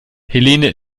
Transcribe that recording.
helene